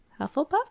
Hufflepuff